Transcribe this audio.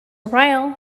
ryle